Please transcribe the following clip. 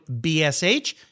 BSH